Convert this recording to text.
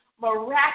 miraculous